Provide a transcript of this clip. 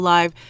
Live